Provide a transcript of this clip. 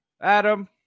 Adam